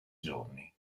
giorni